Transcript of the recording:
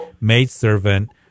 maidservant